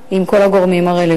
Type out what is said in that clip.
פגישה עם כל הגורמים הרלוונטיים.